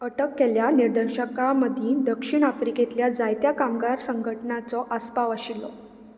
अटक केल्ल्या निदर्शकां मदीं दक्षीण आफ्रिकेंतल्या जायत्या कामगार संघटणांचो आसपाव आशिल्लो